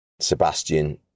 Sebastian